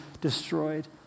destroyed